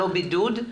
לא לבידוד.